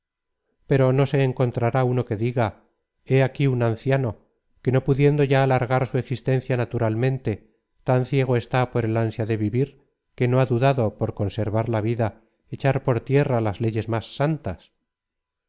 pero no se encontrará uno que diga hé aquí un anciano que nopudiendo ya alargar su existencia naturalmente tan ciego está por el ansia de vivir que no ha dudado por conservar la vida echar por tierra las leyes más santas